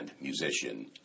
musician